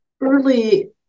early